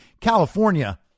California